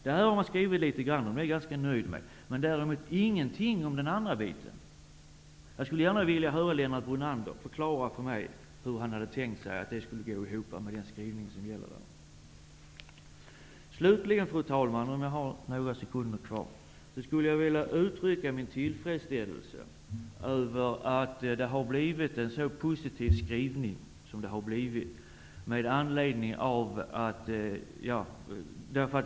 Det har utskottet skrivit litet grand om, och det är jag ganska nöjd med, men däremot ingenting om den andra biten. Jag skulle gärna vilja höra Lennart Brunander förklara för mig hur han hade tänkt sig att det skulle bli, med tanke på den skrivning som utskottet gör. Om jag har några sekunder kvar, fru talman, skulle jag vilja uttrycka min tillfredsställelse över att utskottet har skrivit så positivt med anledning av mitt motionsyrkande om utbildningen vid lantbruksskolorna.